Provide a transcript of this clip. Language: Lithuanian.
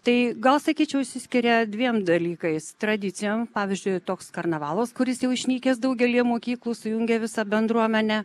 tai gal sakyčiau išsiskiria dviem dalykais tradicijom pavyzdžiui toks karnavalas kuris jau išnykęs daugelyje mokyklų sujungia visą bendruomenę